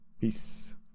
Peace